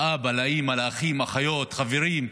לאבא, לאימא, לאחים ולאחיות, לחברים,